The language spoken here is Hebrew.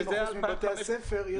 ב-50 אחוזים מבתי הספר,